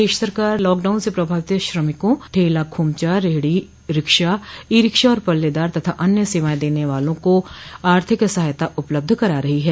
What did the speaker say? प्रदेश सरकार लॉकडाउन से प्रभावित श्रमिकों ठला खोमचा रेहडो रिक्शा ई रिक्शा और पल्लेदार तथा अन्य सेवाएं देने वालों को आर्थिक सहायता उपलब्ध करा रही है